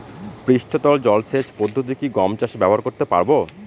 পৃষ্ঠতল জলসেচ পদ্ধতি কি গম চাষে ব্যবহার করতে পারব?